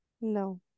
No